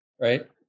right